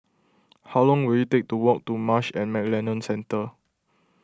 how long will it take to walk to Marsh and McLennan Centre